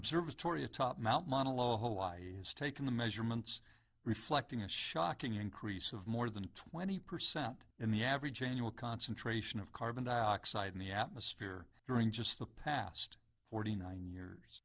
observatory atop mount monolog hawaii has taken the measurements reflecting a shocking increase of more than twenty percent in the average annual concentration of carbon dioxide in the atmosphere during just the past forty nine years